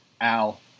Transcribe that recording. Al